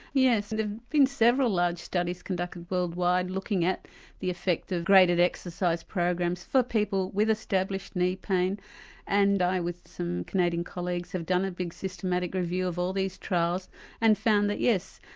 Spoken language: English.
yes, there and have been several large studies conducted worldwide looking at the effect of graded exercise programs for people with established knee pain and i with some canadian colleagues have done a big systematic review of all these trials and found that yes,